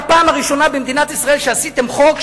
הפעם הראשונה במדינת ישראל שעשיתם חוק,